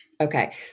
Okay